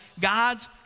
God's